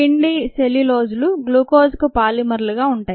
పిండి సెల్యులోజ్ లు గ్లూకోజ్ కు పాలిమర్లుగా ఉంటాయి